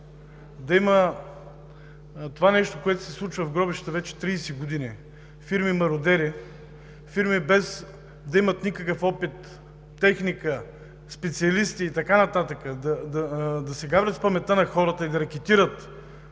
да има това нещо, което се случва в гробищата вече 30 години – фирми мародери, фирми, без да имат никакъв опит, техника, специалисти и така нататък, да се гаврят с паметта на хората и да рекетират